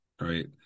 Right